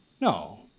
No